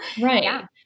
Right